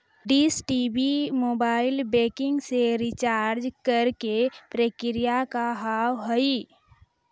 Dish TV mobile banking से recharge करे के प्रक्रिया का हाव हई?